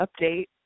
update